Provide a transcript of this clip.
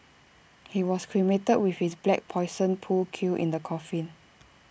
he was cremated with his black Poison pool cue in the coffin